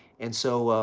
and so,